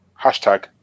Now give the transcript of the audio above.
hashtag